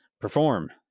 perform